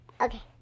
okay